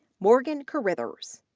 morgan carrithers,